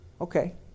Okay